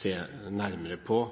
se nærmere på?